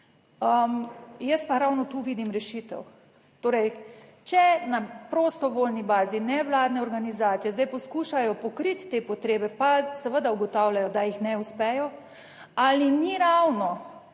Jaz pa ravno tu vidim rešitev. Torej, če na prostovoljni bazi nevladne organizacije zdaj poskušajo pokriti te potrebe, pa seveda ugotavljajo, da jih ne uspejo, ali ni ravno